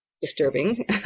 disturbing